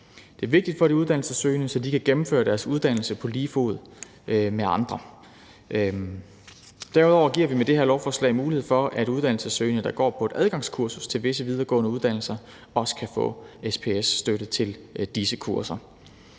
Det er vigtigt for de uddannelsessøgende, så de kan gennemføre deres uddannelse på lige fod med andre. Derudover giver vi med det her lovforslag mulighed for, at uddannelsessøgende, der går på et adgangskursus til visse videregående uddannelser, også kan få SPS-støtte til disse kurser.